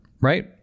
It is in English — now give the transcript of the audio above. right